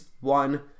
one